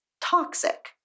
toxic